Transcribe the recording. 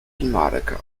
المعركة